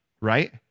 right